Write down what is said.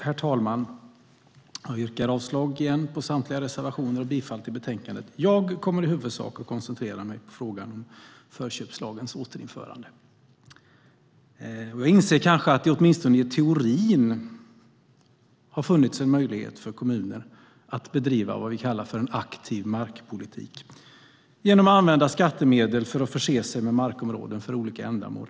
Herr talman! Jag yrkar bifall till utskottets förslag och avslag på samtliga reservationer. Jag kommer i huvudsak att koncentrera mig på frågan om förköpslagens återinförande. Jag inser att det åtminstone i teorin har funnits en möjlighet för kommuner att bedriva vad vi kallar för en aktiv markpolitik genom att använda skattemedel för att förse sig med markområden för olika ändamål.